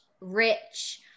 rich